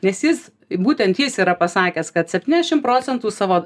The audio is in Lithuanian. nes jis būtent jis yra pasakęs kad septyniašim procentų savo